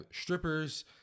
strippers